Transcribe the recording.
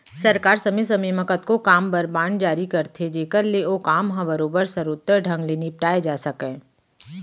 सरकार समे समे म कतको काम बर बांड जारी करथे जेकर ले ओ काम ह बरोबर सरोत्तर ढंग ले निपटाए जा सकय